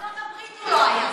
בארצות הברית הוא לא היה.